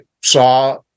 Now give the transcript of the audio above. saw